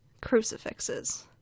Crucifixes